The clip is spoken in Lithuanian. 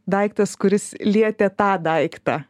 daiktas kuris lietė tą daiktą